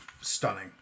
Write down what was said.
stunning